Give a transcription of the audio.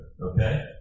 okay